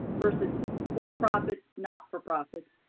versus for profit, not for profit.